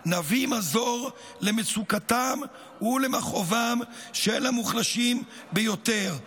נביא מזור למצוקתם ולמכאובם של המוחלשים ביותר.